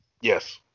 Yes